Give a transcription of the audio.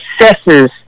assesses